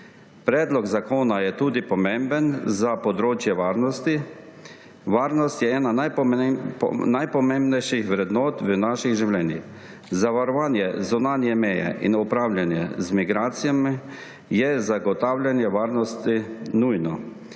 Predlog zakona je tudi pomemben za področje varnosti. Varnost je ena najpomembnejših vrednot v naših življenjih. Zavarovanje zunanje meje in upravljanje z migracijami je za zagotavljanje varnosti nujno.